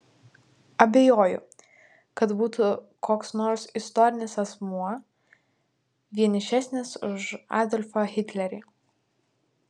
abejoju kad būtų koks nors istorinis asmuo vienišesnis už adolfą hitlerį